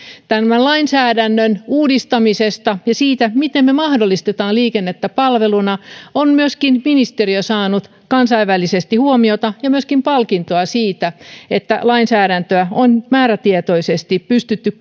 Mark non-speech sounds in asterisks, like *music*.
tämän tämän lainsäädännön uudistamisesta ja siitä miten me mahdollistamme liikennettä palveluna on myöskin ministeriö saanut kansainvälisesti huomiota ja myöskin palkintoa siitä että lainsäädäntöä on kuitenkin määrätietoisesti pystytty *unintelligible*